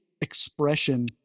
expression